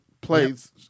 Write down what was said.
plays